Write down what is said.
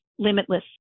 limitless